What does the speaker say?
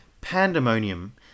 Pandemonium